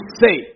say